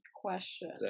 question